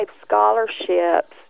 scholarships